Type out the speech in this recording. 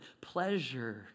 pleasure